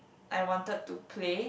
I wanted to play